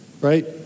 right